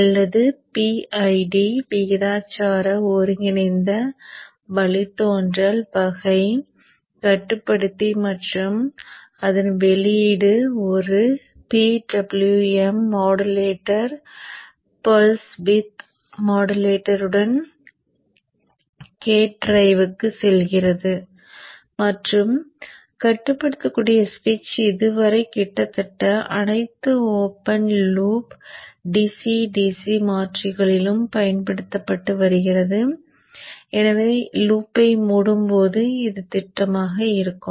அல்லது PID விகிதாசார ஒருங்கிணைந்த வழித்தோன்றல் வகை கட்டுப்படுத்தி மற்றும் அதன் வெளியீடு ஒரு PWM மாடுலேட்டர் பல்ஸ் விட்த் மாடுலேட்டருக்கு கேட் டிரைவ்க்கு செல்கிறது மற்றும் கட்டுப்படுத்தக்கூடிய ஸ்விட்ச் இது வரை கிட்டத்தட்ட அனைத்து ஓப்பன் லூப் DC DC மாற்றிகளிலும் பயன்படுத்தப்பட்டு வருகிறதுஎனவே லூப்பை மூடும் போது இது திட்டமாக இருக்கும்